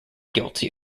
guilty